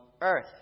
earth